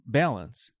balance